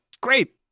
great